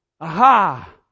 aha